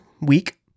week